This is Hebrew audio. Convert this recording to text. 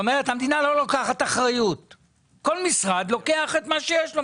כל משרד לוקח את מה שיש לו,